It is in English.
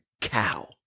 cow